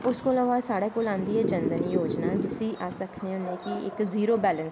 उस कोला बाद साढ़े कोल आंदी ऐ जन धन योजना जिसी अस आक्खने होंने कि इस ज़ीरो बैलैंस अकाऊंट